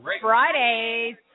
Fridays